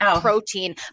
protein